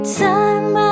time